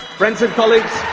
friends and colleagues,